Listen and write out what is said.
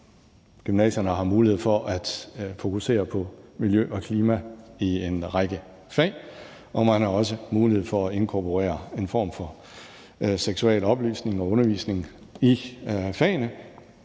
Gymnasierne har mulighed for at fokusere på miljø og klima i en række fag, og man har også mulighed for at inkorporere en form for seksualoplysning og -undervisning i fagene.